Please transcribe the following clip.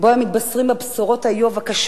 שבו הם מתבשרים בבשורת איוב על יתמותם?